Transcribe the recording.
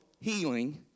healing